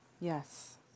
yes